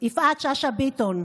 יפעת שאשא ביטון,